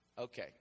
Okay